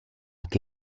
che